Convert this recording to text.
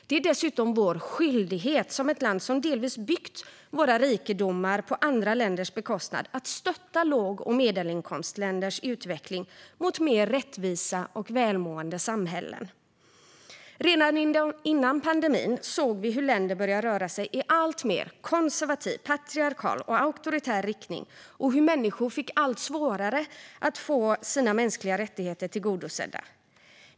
Det är dessutom vår skyldighet som ett land som delvis byggt våra rikedomar på andra länders bekostnad att stötta låg och medelinkomstländers utveckling mot mer rättvisa och välmående samhällen. Redan före pandemin såg vi hur länder började röra sig i alltmer konservativ, patriarkal och auktoritär riktning och hur människor fick allt svårare att få sina mänskliga rättigheter tillgodosedda.